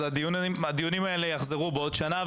הדיונים האלה יחזרו על עצמם גם בעוד שנה,